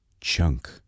Chunk